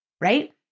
right